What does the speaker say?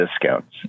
discounts